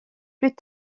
plus